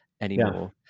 anymore